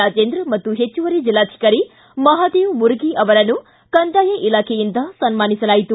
ರಾಜೇಂದ್ರ ಮತ್ತು ಹೆಚ್ಚುವರಿ ಜಿಲ್ಲಾಧಿಕಾರಿ ಮಹಾದೇವ ಮುರಗಿ ಅವರನ್ನು ಕಂದಾಯ ಇಲಾಖೆಯಿಂದ ಸನ್ನಾನಿಸಲಾಯಿತು